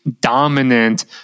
dominant